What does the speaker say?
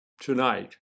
tonight